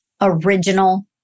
original